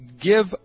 give